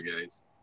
guys